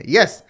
Yes